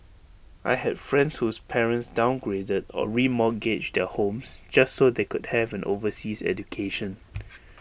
I had friends whose parents downgraded or remortgaged their homes just so they could have an overseas education